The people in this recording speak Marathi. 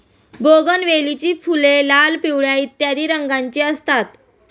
बोगनवेलीची फुले लाल, पिवळ्या इत्यादी रंगांची असतात